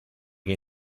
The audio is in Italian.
che